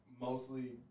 mostly